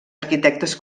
arquitectes